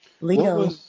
Leo